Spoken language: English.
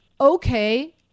okay